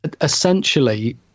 essentially